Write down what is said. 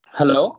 Hello